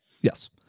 Yes